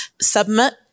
submit